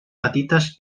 petites